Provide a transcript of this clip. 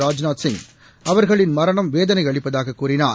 ராஜ்நாத் சிங் அவர்களின் மரணம் வேதனை அளிப்பதாக கூறினார்